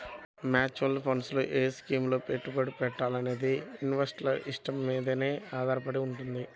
mutual funds లో ఏ స్కీముల్లో పెట్టుబడి పెట్టాలనేది ఇన్వెస్టర్ల ఇష్టం మీదనే ఆధారపడి వుంటది